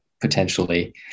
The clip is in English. potentially